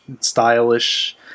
stylish